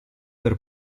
per